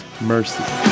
Mercy